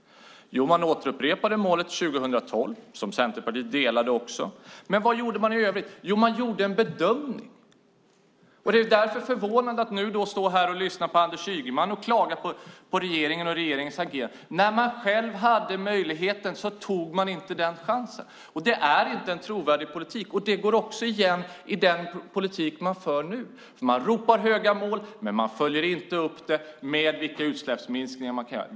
Jo, man upprepade målet 2012, som Centerpartiet också delade. Man vad gjorde man i övrigt? Jo, man gjorde en bedömning. Därför är det förvånande att Anders Ygeman nu står här och klagar på regeringen och regeringens agerande. När man själv hade möjligheten tog man nämligen inte den chansen. Det är inte en trovärdig politik. Detta går också igen i den politik man för nu. Man ropar efter höga mål, men man följer inte upp det och specificerar vilka utsläppsminskningar man kan göra.